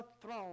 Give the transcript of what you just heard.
throne